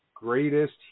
greatest